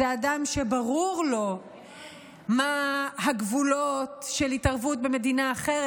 זה אדם שברור לו מה הגבולות של התערבות במדינה אחרת,